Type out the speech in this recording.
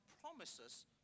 promises